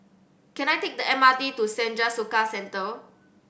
can I take the M R T to Senja Soka Centre